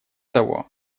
того